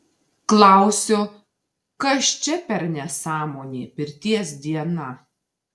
klausiu kas čia per nesąmonė pirties diena